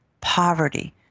poverty